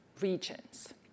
regions